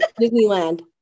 Disneyland